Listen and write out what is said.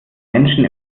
menschen